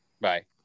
bye